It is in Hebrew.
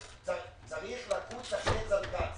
צריך לקוץ הקץ על קצא"א.